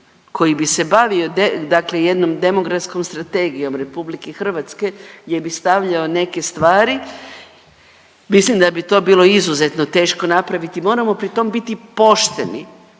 koji bi se bavio dakle jednom demografskom strategijom RH gdje bi stavljao neke stvari, mislim da bi to bilo izuzetno teško napraviti, moramo pri tom biti i pošteni